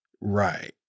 Right